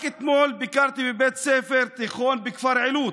רק אתמול ביקרתי בבית ספר תיכון בכפר עילוט,